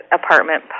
apartment